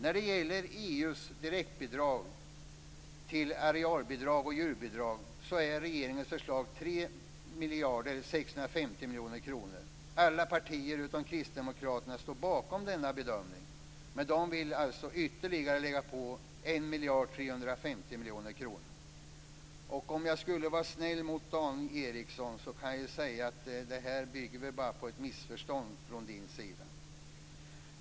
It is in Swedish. När det gäller EU:s direktbidrag till arealbidrag och djurbidrag är regeringens förslag 3 650 000 000 kr. Alla partier utom Kristdemokraterna står bakom denna bedömning. De vill lägga på ytterligare 1 350 000 000 kr. Om jag skulle vara snäll mot Dan Ericsson kunde jag säga att det här nog bygger på ett missförstånd från hans sida.